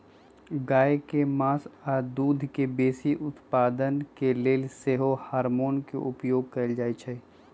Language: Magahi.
गाय के मास आऽ दूध के बेशी उत्पादन के लेल सेहो हार्मोन के उपयोग कएल जाइ छइ